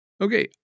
Okay